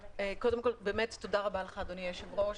קודם כול תודה רבה לך אדוני היושב-ראש,